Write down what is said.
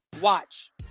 watch